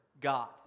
God